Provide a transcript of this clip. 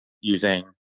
using